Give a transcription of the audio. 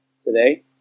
today